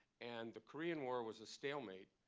and the korean war was a stalemate.